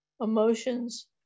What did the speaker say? emotions